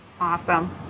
Awesome